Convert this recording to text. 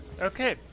Okay